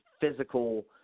physical